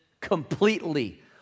completely